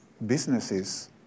businesses